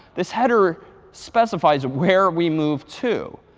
this header specifies where we move to.